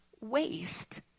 waste